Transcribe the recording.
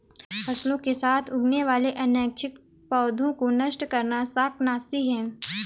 फसलों के साथ उगने वाले अनैच्छिक पौधों को नष्ट करना शाकनाशी है